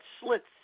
slits